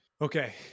Okay